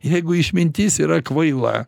jeigu išmintis yra kvaila